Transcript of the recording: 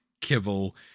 kibble